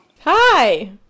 Hi